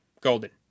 golden